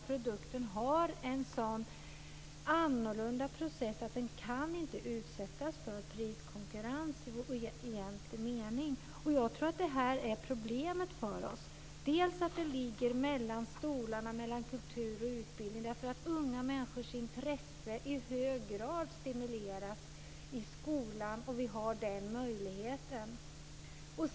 Produkten genomgår en sådan annorlunda process att den inte kan utsättas för priskonkurrens i egentlig mening. Jag tror att detta är problemet. Det här ligger mellan stolarna - mellan kultur och utbildning. Unga människors intresse stimuleras ju i hög grad i skolan om möjligheten finns.